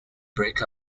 break